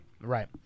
right